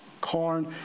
corn